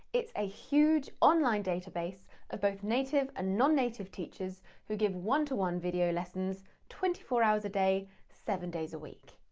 it's a huge online database of both native and ah non-native teachers who give one-to-one video lessons twenty four hours a day, seven days a week.